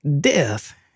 Death